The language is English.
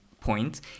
point